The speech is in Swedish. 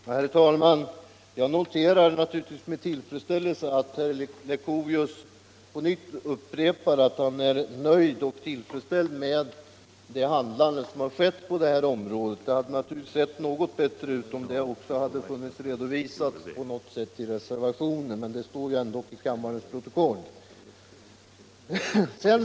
äle: Herr talman! Jag noterar naturligtvis med tillfredsställelse att herr Leuchovius på nytt upprepar att han är nöjd och tillfredsställd med vad som har skett på området. Det hade naturligtvis sett bättre ut om detta också på något sätt hade funnits redovisat i reservationen, men nu står det ändå i kammarens protokoll.